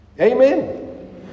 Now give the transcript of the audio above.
Amen